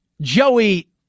Joey